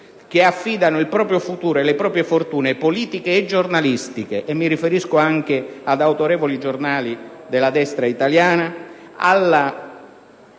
che affidano il proprio futuro e le proprie fortune politiche e giornalistiche (mi riferisco anche ad autorevoli giornali della destra italiana) alla